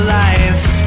life